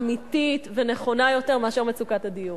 אמיתית ונכונה יותר מאשר מצוקת הדיור.